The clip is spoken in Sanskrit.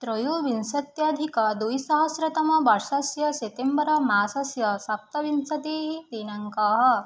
त्रयोविंशत्यधिकद्विसहस्रतमवर्षस्य सितेम्बरमासस्य सप्तविंशतिः दिनाङ्कः